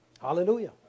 Hallelujah